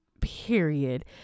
period